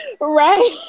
Right